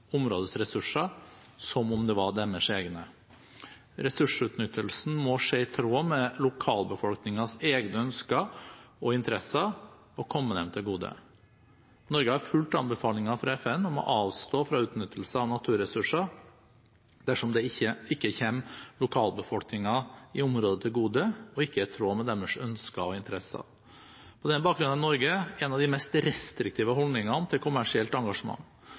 ressurser som om det var deres egne. Ressursutnyttelsen må skje i tråd med lokalbefolkningens egne ønsker og interesser og komme dem til gode. Norge har fulgt anbefalingen fra FN om å avstå fra utnyttelse av naturressurser dersom det ikke kommer lokalbefolkningen i området til gode, og ikke er i tråd med deres ønsker og interesser. På den bakgrunn har Norge en av de mest restriktive holdningene til kommersielt engasjement.